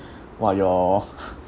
!wah! your